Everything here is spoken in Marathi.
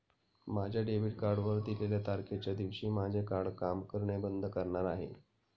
माझ्या डेबिट कार्डवर दिलेल्या तारखेच्या दिवशी माझे कार्ड काम करणे बंद करणार आहे